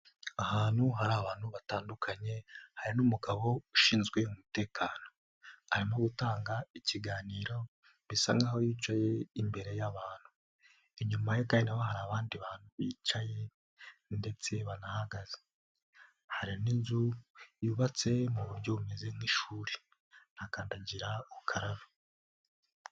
Ahantu hari abantu batandukanye hari n'umugabo ushinzwe umutekano, arimo gutanga ikiganiro bisa nkaho yicaye imbere y'abantu, inyuma ye hari abandi bantu bicaye ndetse banahagaze, hari n'inzu yubatse mu buryo bumeze nk'ishuri n'akandagira ukaraba.